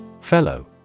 Fellow